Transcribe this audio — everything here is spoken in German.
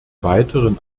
weiteren